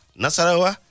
nasarawa